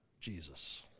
Jesus